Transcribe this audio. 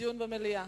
דיון במליאה.